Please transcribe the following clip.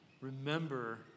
Remember